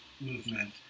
movement